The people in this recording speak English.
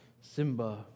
Simba